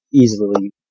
easily